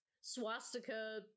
swastika